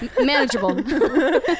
Manageable